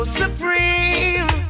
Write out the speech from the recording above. supreme